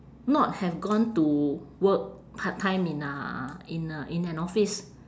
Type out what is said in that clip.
not have gone to work part-time in uh in a in an office